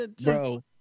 Bro